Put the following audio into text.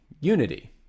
unity